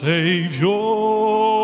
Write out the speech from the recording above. Savior